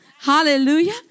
Hallelujah